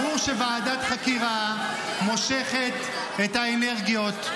ברור שוועדת חקירה מושכת את האנרגיות,